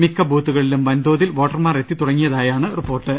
മിക്ക ബൂത്തുകളിലും വൻതോതിൽ വോട്ടർമാർ എത്തിത്തുടങ്ങിയ തായാണ് റിപ്പോർട്ട്